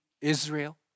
Israel